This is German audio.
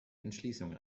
entschließung